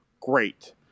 great